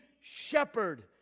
shepherd